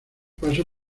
paso